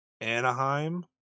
Anaheim